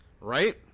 right